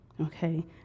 Okay